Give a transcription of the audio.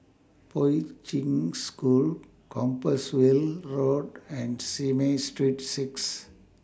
Poi Ching School Compassvale Road and Simei Street six